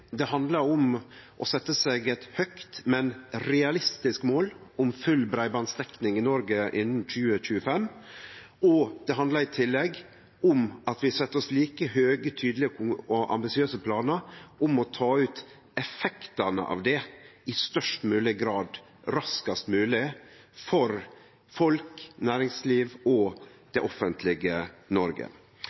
Det handlar om å setje seg eit høgt, men realistisk mål om full breibandsdekning i Noreg innan 2025, og det handlar i tillegg om at vi set oss like høge, tydelege og ambisiøse planar om å ta ut effektane av det i størst mogleg grad, raskast mogleg, for folk, næringsliv og det offentlege Noreg.